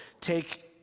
take